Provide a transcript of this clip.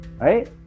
right